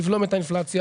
לבלום את האינפלציה,